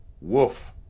Woof